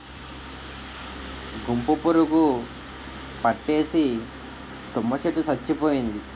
గుంపు పురుగు పట్టేసి తుమ్మ చెట్టు సచ్చిపోయింది